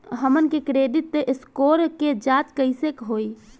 हमन के credit score के जांच कैसे होइ?